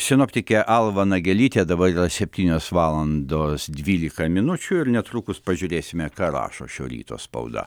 sinoptikė alva nagelytė dabar yra septynios valandos dvylika minučių ir netrukus pažiūrėsime ką rašo šio ryto spauda